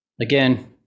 again